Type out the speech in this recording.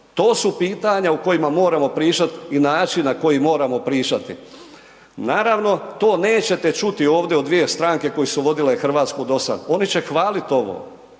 To su pitanja o kojima moramo pričati i način na koji moramo pričati. Naravno, to nećete čuti ovdje od dvije stranke koje su vodile Hrvatsku do sada, oni će hvaliti ovo.